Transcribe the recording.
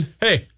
Hey